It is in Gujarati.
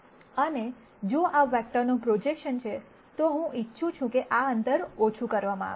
અને જો આ વેક્ટરનો પ્રોજેકશન છે તો હું ઇચ્છું છું કે આ અંતર ઓછું કરવામાં આવે